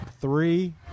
three